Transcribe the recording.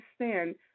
understand